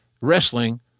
wrestling